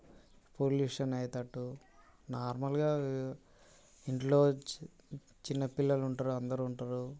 pollution అయ్యేటట్టు నార్మల్గా ఇంట్లో చి చిన్న పిల్లలు ఉంటారు అందరు ఉంటారు